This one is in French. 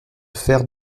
faire